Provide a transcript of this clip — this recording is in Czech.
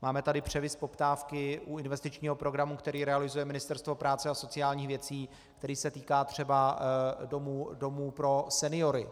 Máme tady převis poptávky u investičního programu, který realizuje Ministerstvo práce a sociálních věcí, který se týká třeba domů pro seniory.